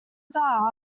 dda